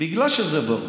שזה ברור.